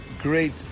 great